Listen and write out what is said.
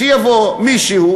שיבוא מישהו,